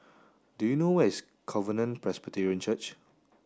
do you know where is Covenant Presbyterian Church